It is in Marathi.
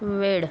वेड